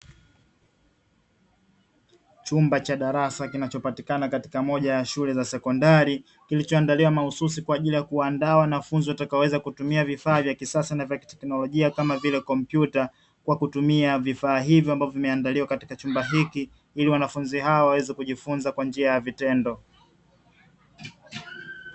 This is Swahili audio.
Chumba cha darasa kinachopatikana katika moja ya shule za sekondari, kilichoandaliwa mahususi kwa ajili ya kuwandaa wanafunzi watakaoweza kutumia vifaa vya kisasa na vya teknolojia, kama vile; kompyuta, kwa kutumia vifaa hivyo ambavyo vimeandaliwa katika chumba hiki ili wanafunzi hawa waweze kujifunza kwa njia ya vitendo.